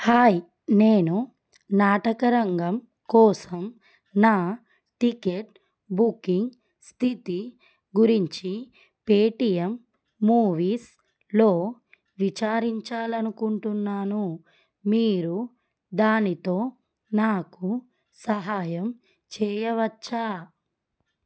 hi నేను నాటకరంగం కోసం నా టికెట్ బుకింగ్ స్థితి గురించి పేటీఎం మూవీస్లో విచారించాలనుకుంటున్నాను మీరు దానితో నాకు సహాయం చెయ్యవచ్చా